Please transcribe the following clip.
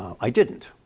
i didn't.